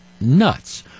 nuts